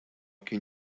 can